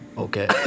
Okay